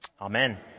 Amen